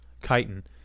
Chitin